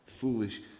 foolish